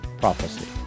PROPHECY